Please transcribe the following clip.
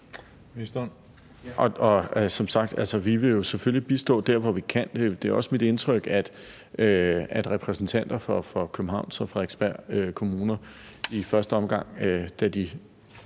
vil vi jo selvfølgelig bistå der, hvor vi kan, og det er også mit indtryk, at repræsentanter for Københavns og Frederiksberg Kommuner i første omgang, da de